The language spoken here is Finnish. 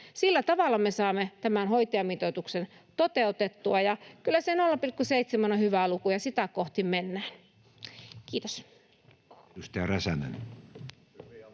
Sillä tavalla me saamme tämän hoitajamitoituksen toteutettua. Kyllä se 0,7 on hyvä luku, ja sitä kohti mennään. — Kiitos.